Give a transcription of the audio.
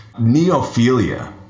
neophilia